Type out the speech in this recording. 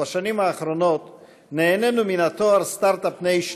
ובשנים האחרונות נהנינו מהתואר "סטארט-אפ ניישן"